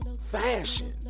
fashion